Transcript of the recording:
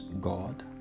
God